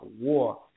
war